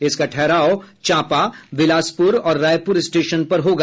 इसका ठहराव चांपा विलासपुर और रायपुर स्टेशन पर होगा